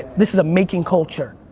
this is a making culture.